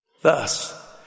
Thus